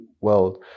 world